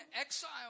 exile